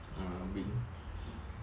err bring